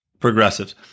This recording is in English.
Progressives